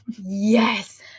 yes